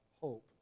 hope